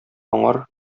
аңар